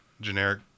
generic